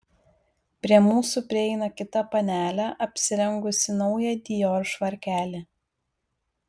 prie mūsų prieina kita panelė apsirengusi naują dior švarkelį